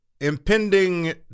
impending